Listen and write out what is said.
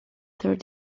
third